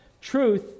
truth